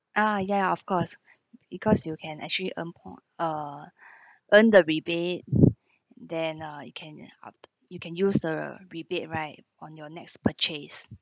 ah ya of course because you can actually earn poi~ err earn the rebate then uh you can up you can use the rebate right on your next purchase